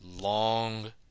long